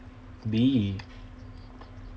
be